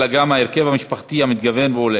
אלא גם ההרכב המשפחתי המתגוון והולך.